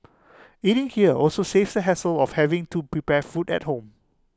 eating here also saves the hassle of having to prepare food at home